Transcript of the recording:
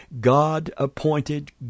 God-appointed